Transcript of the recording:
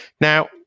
Now